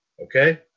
Okay